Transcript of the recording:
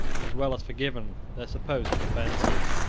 as well as forgiven, their supposed offences.